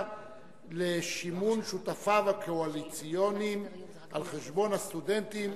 ל"שימון" שותפיו הקואליציוניים על חשבון הסטודנטים,